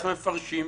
עיוות דין.